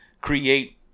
create